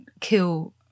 kill